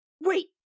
Wait